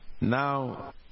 Now